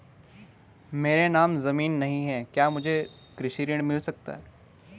मेरे नाम ज़मीन नहीं है क्या मुझे कृषि ऋण मिल सकता है?